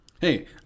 Hey